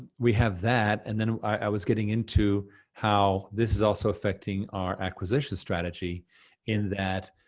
we have that and then i was getting into how this is also affecting our acquisition strategy in that,